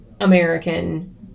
American